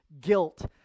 guilt